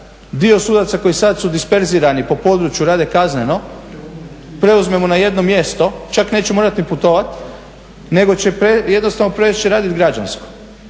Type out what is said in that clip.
dio sudaca koji sad su disperzirani po području rade kazneno preuzmemo na jedno mjesto. Čak neće morati ni putovati, nego će jednostavno prijeći i radit građansko.